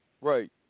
Right